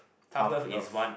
tough love